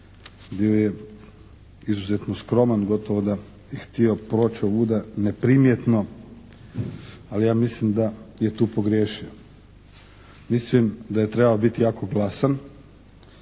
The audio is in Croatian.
gdje je izuzetno skroman, gotovo da je htio proći ovuda neprimjetno, ali ja mislim da je tu pogriješio. Mislim da je trebao biti jako glasan,